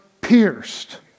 pierced